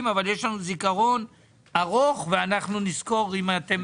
וכן לתכנון בינוי והרחבת מתקני כליאה